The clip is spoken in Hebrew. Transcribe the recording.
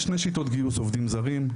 יש שתי שיטות גיוס עובדים זרים,